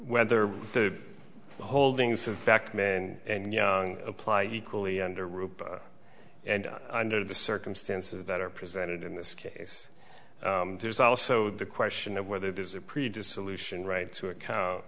whether the holdings of back men and young apply equally under roop and under the circumstances that are presented in this case there's also the question of whether there's a pretty dissolution right to a cow